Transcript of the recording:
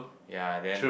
yea then